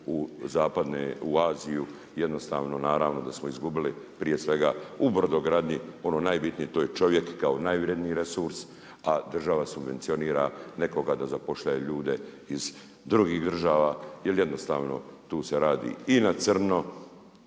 u zapadne, u Aziju, jednostavno, naravno da smo izgubili, prije svega u brodogradnji, ono najbitnije, to je čovjek kao najvrjedniji resurs, a država subvencionira nekoga da zapošljava ljude iz drugih država, jer jednostavno, tu se radi i na crno.